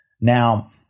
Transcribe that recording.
Now